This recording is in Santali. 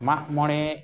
ᱢᱟᱜᱢᱚᱬᱮ